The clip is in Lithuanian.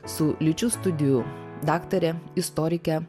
su lyčių studijų daktare istorike